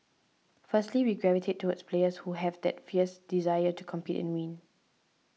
firstly we gravitate towards players who have that fierce desire to compete and win